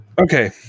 Okay